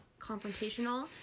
confrontational